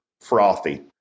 frothy